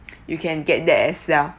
you can get that as well